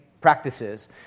practices